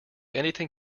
anything